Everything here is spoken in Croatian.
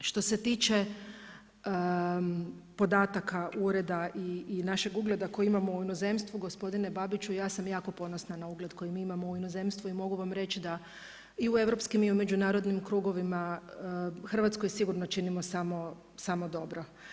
Što se tiče podataka ureda i našeg ugleda koji imamo u inozemstvu gospodine Babiću ja sam jako ponosna na ugled koji mi imamo u inozemstvu i mogu vam reći da i u europskim i u međunarodnim krugovima Hrvatskoj činimo samo dobro.